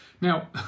Now